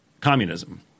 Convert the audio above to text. communism